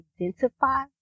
identify